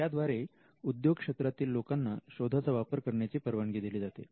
याद्वारे उद्योग क्षेत्रातील लोकांना शोधाचा वापर करण्याची परवानगी दिली जाते